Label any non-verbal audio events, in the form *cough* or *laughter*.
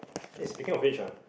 *noise* speaking of which ah